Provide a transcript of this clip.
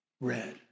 red